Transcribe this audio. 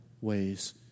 ways